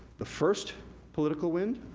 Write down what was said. the first political wind,